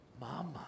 mama